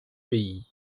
pays